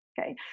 okay